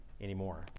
anymore